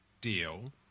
deal